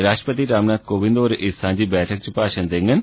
राष्ट्रपति रामनाथ कोविंद होर इस सांझी बैठक च भाषण दैंगन